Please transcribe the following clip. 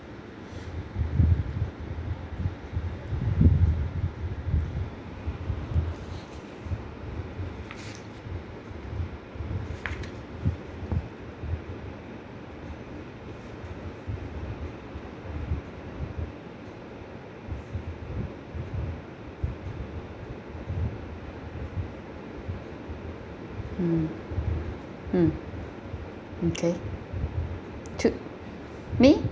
hmm mm mm K to me